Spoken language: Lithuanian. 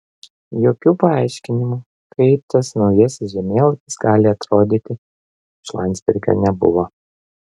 jokių paaiškinimų kaip tas naujasis žemėlapis gali atrodyti iš landsbergio nebuvo